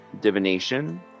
divination